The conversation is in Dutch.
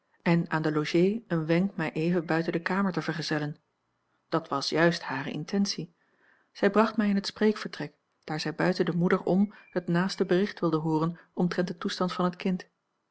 en aan de logée een a l g bosboom-toussaint langs een omweg wenk mij even buiten de kamer te vergezellen dat was juist hare intentie zij bracht mij in het spreekvertrek daar zij buiten de moeder om het naaste bericht wilde hooren omtrent den toestand van het kind